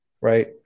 right